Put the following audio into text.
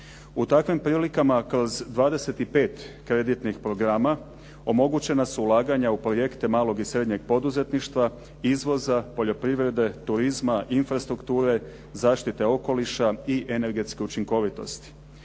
U takvim prilikama kroz 25 kreditnih programa omogućena su ulaganja u projekte malog i srednjeg poduzetništva, izvoza, poljoprivrede, turizma, infrastrukture, zaštite okoliša i energetske učinkovitosti.